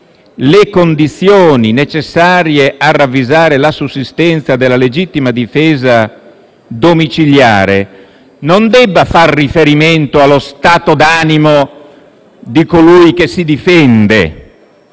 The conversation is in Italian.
le condizioni necessarie a ravvisare la sussistenza della legittima difesa domiciliare, debba far riferimento non allo stato d'animo di colui che si difende,